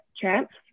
Champs